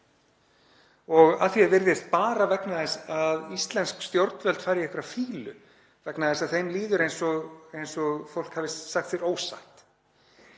og að því er virðist bara vegna þess að íslensk stjórnvöld fara í einhverja fýlu vegna þess að þeim líður eins og fólk hafi sagt þeim ósatt.